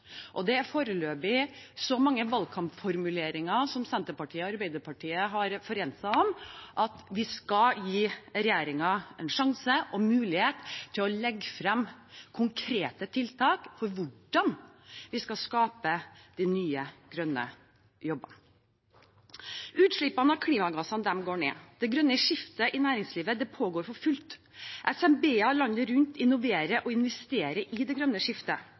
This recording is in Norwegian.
og det er foreløpig så mange valgkampformuleringer som Senterpartiet og Arbeiderpartiet har forent seg om, at vi skal gi regjeringen en sjanse og en mulighet til å legge frem konkrete tiltak for hvordan vi skal skape de nye grønne jobbene. Utslippene av klimagasser går ned. Det grønne skiftet i næringslivet pågår for fullt. SMB-er landet rundt innoverer og investerer i det grønne skiftet.